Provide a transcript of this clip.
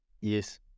Yes